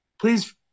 please